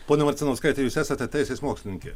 ponia marcinauskaite jūs esate teisės mokslininkė